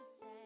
say